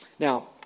Now